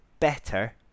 better